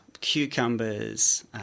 cucumbers